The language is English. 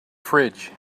fridge